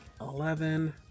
eleven